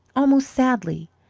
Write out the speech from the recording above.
almost sadly,